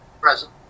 Present